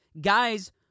guys